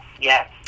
yes